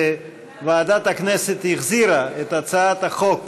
ועדת הכנסת החזירה את הצעת החוק